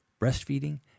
breastfeeding